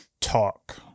talk